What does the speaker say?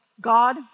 God